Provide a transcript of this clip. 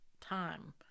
time